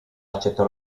accettò